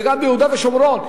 וגם ביהודה ושומרון.